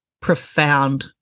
profound